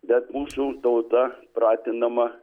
bet mūsų tauta pratinama